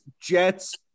Jets